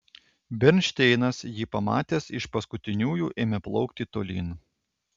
bernšteinas jį pamatęs iš paskutiniųjų ėmė plaukti tolyn